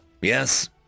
yes